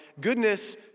Goodness